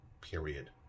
Period